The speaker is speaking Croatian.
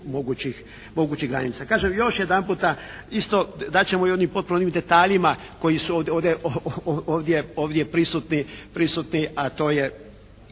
mogućih granica. Kažem još jedanputa isto, dat ćemo potporu onim detaljima koji su ovdje prisutni, a to je